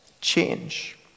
change